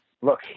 look